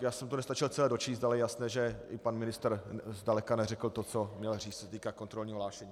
Já jsem to nestačil celé dočíst, ale je jasné, že i pan ministr zdaleka neřekl to, co měl říct, co se týká kontrolního hlášení.